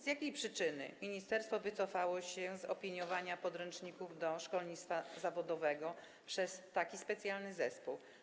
Z jakiej przyczyny ministerstwo wycofało się z opiniowania podręczników do szkolnictwa zawodowego przez taki specjalny zespół?